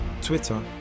Twitter